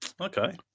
Okay